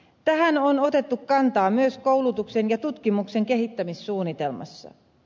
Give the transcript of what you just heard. tähän on otettu kantaa myös koulutuksen ja tutkimuksen kehittämissuunnitelmassa